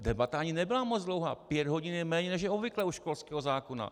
Debata ani nebyla moc dlouhá, pět hodin je méně, než je obvyklé u školského zákona.